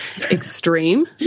extreme